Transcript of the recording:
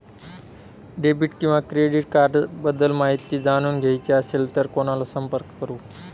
Debit किंवा credit cards बद्दल माहिती जाणून घ्यायची असेल तर कोणाला संपर्क करु?